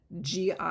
GI